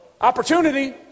opportunity